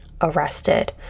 arrested